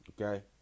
okay